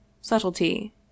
subtlety